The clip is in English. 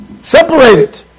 separated